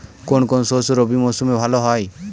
কোন কোন শস্য রবি মরশুমে ভালো হয়?